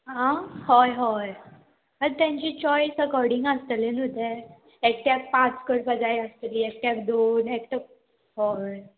आं हय हय आं तेंची चॉयस अकोर्डींग आसतलें न्हू तें एकट्याक पांच करपा जाय आसतली एकट्याक दोन एकट्या हय